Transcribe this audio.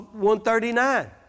139